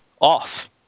off